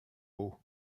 haut